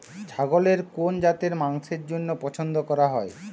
ছাগলের কোন জাতের মাংসের জন্য পছন্দ করা হয়?